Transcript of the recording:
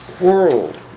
world